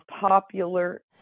popular